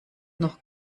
noch